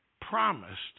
promised